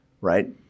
right